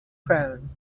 crone